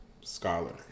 scholar